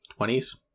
20s